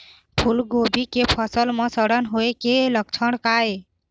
फूलगोभी के फसल म सड़न होय के लक्षण का ये?